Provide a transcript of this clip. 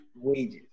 wages